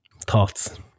Thoughts